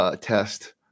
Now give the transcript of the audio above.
test